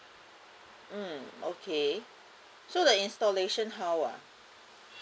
mm okay so the installation how ah